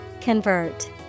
Convert